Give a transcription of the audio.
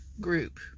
group